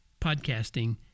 podcasting